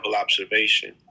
observation